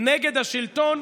נגד השלטון,